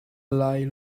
lie